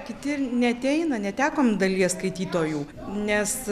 kiti ir neateina netekom dalies skaitytojų nes